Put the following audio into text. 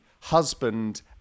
husband